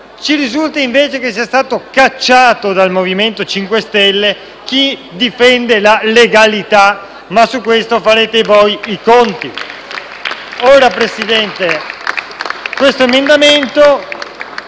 Ci risulta invece che sia stato cacciato dal Movimento 5 Stelle chi difende la legalità, ma su questo farete voi i conti.